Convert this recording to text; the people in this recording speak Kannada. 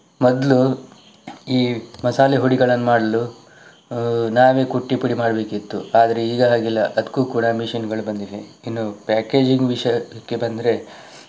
ಮೊದಲು ಈ ಮಸಾಲೆ ಹುಡಿಗಳನ್ನು ಮಾಡಲು ನಾವೇ ಕುಟ್ಟಿ ಪುಡಿ ಮಾಡಬೇಕಿತ್ತು ಆದರೆ ಈಗ ಹಾಗಿಲ್ಲ ಅದಕ್ಕೂ ಕೂಡ ಮೆಷಿನ್ಗಳು ಬಂದಿವೆ ಇನ್ನು ಪ್ಯಾಕೇಜಿಂಗ್ ವಿಷಯಕ್ಕೆ ಬಂದರೆ